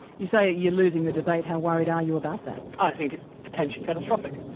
you say you're losing the debate. how worried are you about that? i think it's potentially catastrophic.